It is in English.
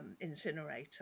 incinerator